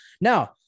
Now